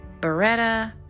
Beretta